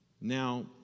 Now